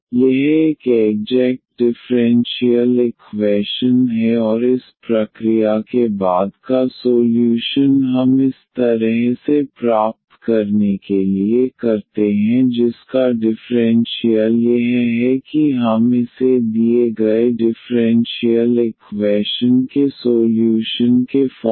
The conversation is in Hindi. तो यह एक एग्जेक्ट डिफ़्रेंशियल इक्वैशन है और इस प्रक्रिया के बाद का सोल्यूशन हम इस तरह से प्राप्त करने के लिए करते हैं जिसका डिफ़्रेंशियल यह है कि हम इसे दिए गए डिफ़्रेंशियल इक्वैशन के सोल्यूशन के फॉर्म में प्राप्त कर सकते हैं